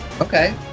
okay